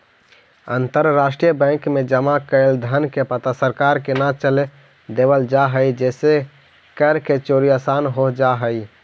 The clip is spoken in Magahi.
अंतरराष्ट्रीय बैंक में जमा कैल धन के पता सरकार के न चले देवल जा हइ जेसे कर के चोरी आसान हो जा हइ